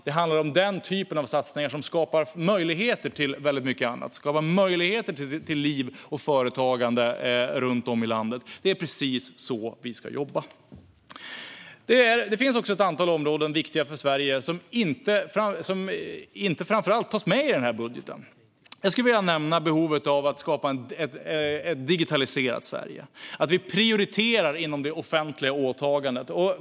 Det handlar om den typ av satsningar som skapar möjligheter till mycket annat, som skapar möjligheter för liv och företagande runt om i landet. Det är precis så vi ska jobba. Det finns också ett antal områden som är viktiga för Sverige som inte tas med i den här budgeten. Jag vill nämna behovet av att skapa ett digitaliserat Sverige och att vi prioriterar det inom det offentliga åtagandet.